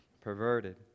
perverted